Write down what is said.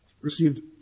received